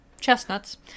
chestnuts